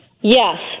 Yes